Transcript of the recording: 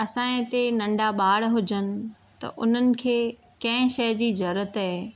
असांजे हिते नंढा ॿार हुजनि त उन्हनि खे कंहिं शइ जी ज़रूरत